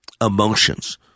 emotions